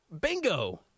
Bingo